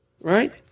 Right